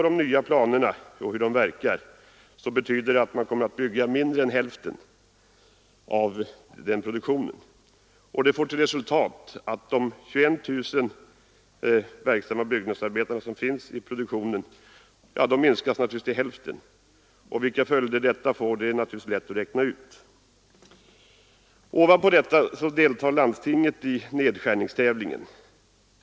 De nya planerna betyder att man kommer att bygga mindre än hälften av den produktionen, vilket får till resultat att de 21 000 verksamma byggnadsarbetare som finns i produktionen minskas till hälften. Vilka följder detta får kan naturligtvis lätt räknas ut. Ovanpå detta deltar landstinget i nedskärningstävlingen.